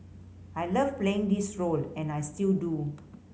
I love playing this role and I still do